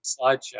slideshow